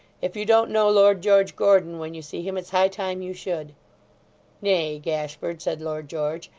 if you don't know lord george gordon when you see him, it's high time you should nay, gashford said lord george,